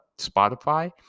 Spotify